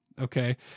Okay